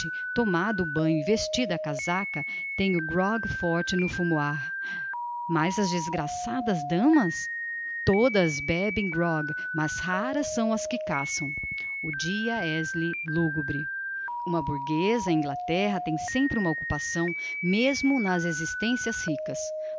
o banho e vestida a casaca tem o grog forte no fumoir mas as desgraçadas damas todas bebem grog mas raras são as que caçam o dia é lhes lugubre uma burgueza em inglaterra tem sempre uma occupação mesmo nas existencias ricas